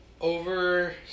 over